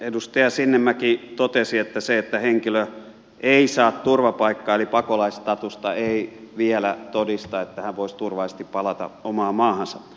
edustaja sinnemäki totesi että se että henkilö ei saa turvapaikkaa eli pakolaisstatusta ei vielä todista että hän voisi turvallisesti palata omaan maahansa